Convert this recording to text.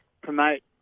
promote